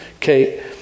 Okay